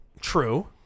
True